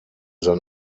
sein